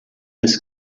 des